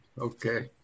Okay